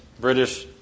British